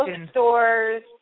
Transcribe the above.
bookstores